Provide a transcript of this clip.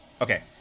Okay